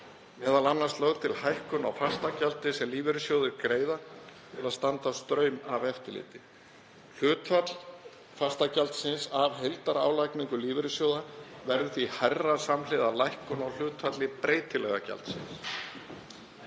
m.a. lögð til hækkun á fastagjaldi sem lífeyrissjóðir greiða til að standa straum af eftirliti. Hlutfall fastagjaldsins af heildarálagningu lífeyrissjóða verður því hærra samhliða lækkun á hlutfalli breytilega gjaldsins.